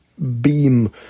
beam